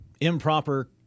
improper